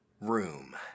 room